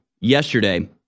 yesterday